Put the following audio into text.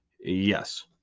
Yes